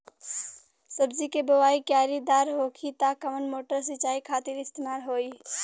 सब्जी के बोवाई क्यारी दार होखि त कवन मोटर सिंचाई खातिर इस्तेमाल होई?